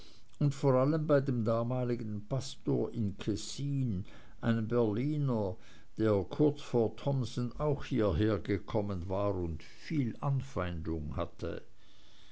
kirstein vor allem bei dem damaligen pastor in kessin einem berliner der kurz vor thomsen auch hierhergekommen war und viel anfeindung hatte